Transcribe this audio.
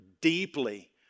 deeply